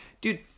dude